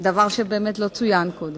דבר שבאמת לא צוין קודם.